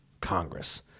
Congress